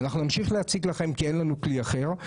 אנחנו נמשיך להציק לכם כי אין לנו כלי אחר,